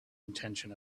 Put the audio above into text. intention